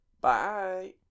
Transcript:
bye